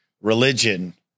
religion